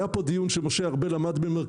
היה פה דיון שמשה ארבל במרכזו,